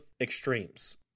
extremes